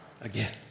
again